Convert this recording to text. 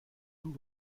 tout